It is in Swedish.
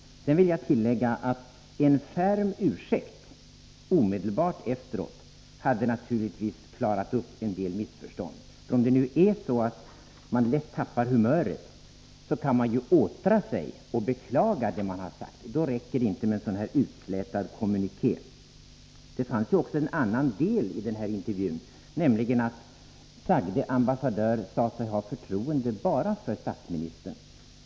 Sedan vill jag tillägga att en färm ursäkt omedelbart efteråt naturligtvis hade klarat upp en del missförstånd. Om det är så att man lätt tappar humöret kan man ju åtra sig och beklaga vad man sagt. Men då räcker det inte med en sådan utslätande kommuniké som i detta fall. Det fanns också en annan del av den här intervjun, där sagde ambassadör + sade sig ha förtroende bara för statsministern.